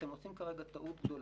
אתם עושים כרגע טעות גדולה,